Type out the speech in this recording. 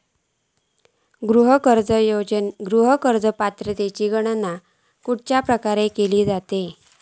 गृह कर्ज पात्रतेची गणना खयच्या प्रकारे केली जाते?